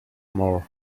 more